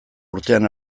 urtean